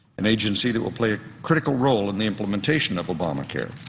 an agency that will play a critical role in the implementation of obamacare.